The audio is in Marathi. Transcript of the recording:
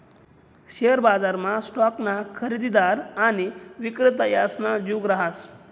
शेअर बजारमा स्टॉकना खरेदीदार आणि विक्रेता यासना जुग रहास